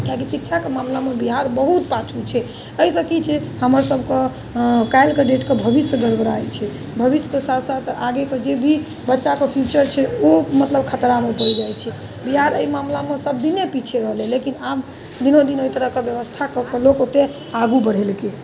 किआकि शिक्षाके मामलामे बिहार बहुत पाछु छै एहि से की छै हमर सभ कऽ काल्हिके डेटके भविष्य गड़बड़ाइत छै भविष्यके साथ साथ आगेके जे भी बच्चाके फ्यूचर छै ओ मतलब खतरामे पड़ि जाइत छै बिहार एहि मामलामे सभ दिने पीछे रहलै लेकिन आब दिनोदिन ओहि तरहके व्यवस्था कऽके लोक ओतऽ आगू बढ़ेलकै